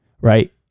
right